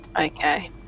Okay